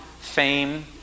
Fame